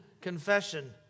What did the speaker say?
confession